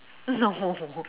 no